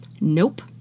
Nope